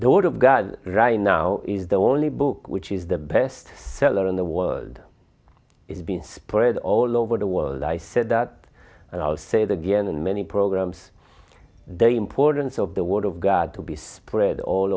of god right now is the only book which is the best seller in the world is being spread all over the world i said that and i'll say the guinn and many programs their importance of the word of god to be spread all